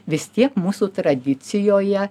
vis tiek mūsų tradicijoje